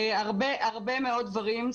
הרבה הרבה מאוד דברים.